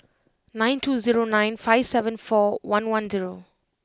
nine two zero nine five seven four one one zero